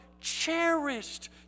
cherished